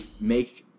make